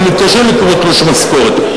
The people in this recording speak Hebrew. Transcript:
אני מתקשה לקרוא את תלוש המשכורת.